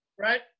right